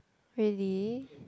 really